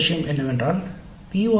முதல் விஷயம் என்னவென்றால் பி